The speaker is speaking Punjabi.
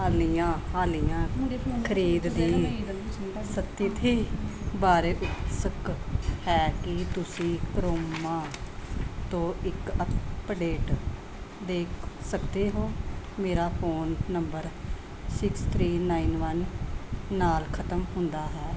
ਹਾਨੀਆਂ ਹਾਲੀਆ ਖਰੀਦ ਦੀ ਸਥਿਤੀ ਬਾਰੇ ਸ਼ੱਕ ਹੈ ਕਿ ਤੁਸੀਂ ਕਰੋਮਾ ਤੋਂ ਇੱਕ ਅਪਡੇਟ ਦੇਖ ਸਕਦੇ ਹੋ ਮੇਰਾ phone number six three nine one ਨਾਲ ਖਤਮ ਹੁੰਦਾ ਹੈ